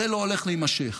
זה לא הולך להימשך.